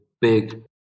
big